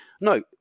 No